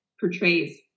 portrays